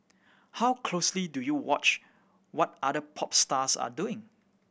how closely do you watch what other pop stars are doing